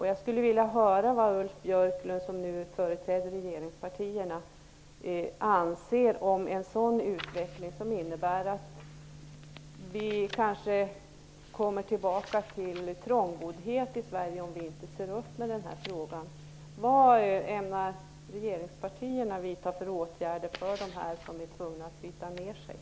Jag skulle vilja höra vad Ulf Björklund, som här företräder regeringspartierna, anser om en utveckling som innebär att vi i Sverige, om vi inte ser upp i den här frågan, kan komma tillbaka till en situation av trångboddhet.